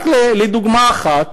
ורק כדוגמה אחת,